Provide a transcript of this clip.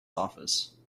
office